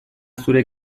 zure